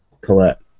Colette